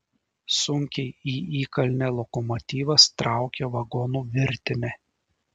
sunkiai į įkalnę lokomotyvas traukia vagonų virtinę